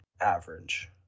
average